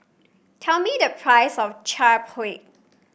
tell me the price of Chaat Papri